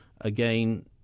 Again